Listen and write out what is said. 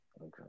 Okay